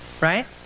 right